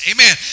Amen